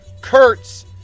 Kurtz